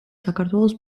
საქართველოს